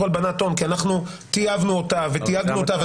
הלבנת הון כי אנחנו תייגנו אותה וטייבנו אותה,